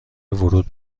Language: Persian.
ورود